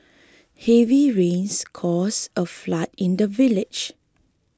heavy rains caused a flood in the village